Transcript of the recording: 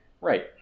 Right